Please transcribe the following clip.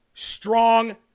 Strong